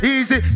Easy